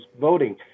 voting